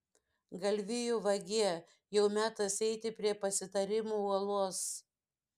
galvijų vagie jau metas eiti prie pasitarimų uolos